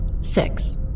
Six